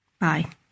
Bye